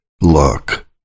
Look